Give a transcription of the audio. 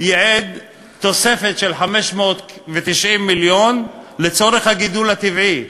ייעד תוספת של 590 מיליון לצורך הגידול הטבעי.